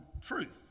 truth